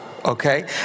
Okay